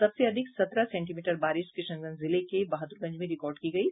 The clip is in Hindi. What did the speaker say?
सबसे अधिक सत्रह सेंटीमीटर बारिश किशनगंज जिले के बहादुरगंज में रिकार्ड की गयी